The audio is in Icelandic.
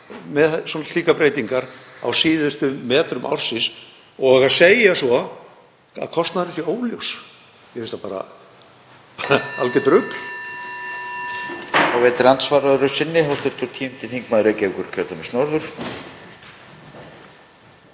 með slíkar breytingar á síðustu metrum ársins og segja svo að kostnaðurinn sé óljós. Mér finnst það bara algert rugl.